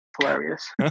hilarious